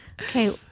Okay